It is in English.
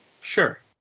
sure